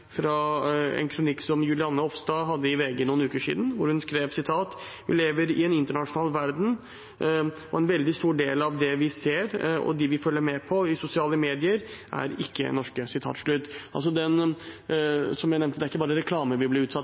fra en kronikk som Julianne Ofstad hadde i VG for noen uker siden. Der skrev hun: «Vi lever i en internasjonal verden, og en veldig stor del av det vi ser og de vi følger med på i sosiale medier er ikke norske.» Som jeg nevnte, er det ikke bare reklame vi blir utsatt